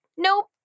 Nope